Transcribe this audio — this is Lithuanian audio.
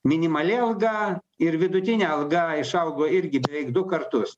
minimali alga ir vidutinė alga išaugo irgi beveik du kartus